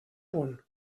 punt